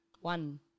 One